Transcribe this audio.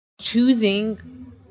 Choosing